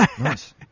Nice